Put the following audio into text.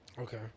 Okay